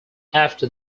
after